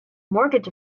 mortgage